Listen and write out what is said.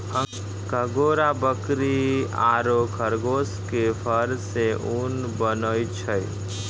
angora बकरी आरो खरगोश के फर सॅ ऊन बनै छै